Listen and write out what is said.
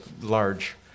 large